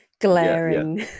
glaring